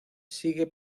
sigue